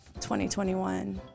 2021